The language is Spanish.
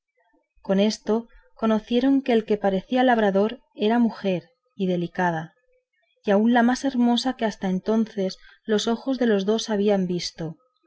con esto conocieron que el que parecía labrador era mujer y delicada y aun la más hermosa que hasta entonces los ojos de los dos habían visto